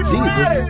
Jesus